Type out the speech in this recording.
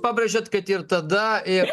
pabrėžėt kad ir tada ir